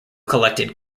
collected